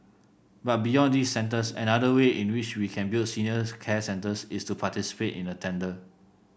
but beyond these centers another way in which we can build senior care centers is to participate in a tender